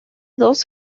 dos